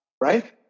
right